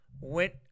Went